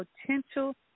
potential